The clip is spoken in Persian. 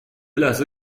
لحظه